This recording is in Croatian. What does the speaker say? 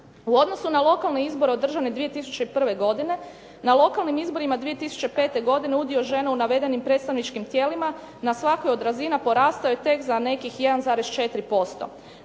U odnosu na lokalne izbore održane 2001. godine na lokalnim izborima 2005. godine udio žena u navedenim predstavničkim tijelima na svakoj od razina porastao je tek za nekih 1,4%.